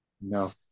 No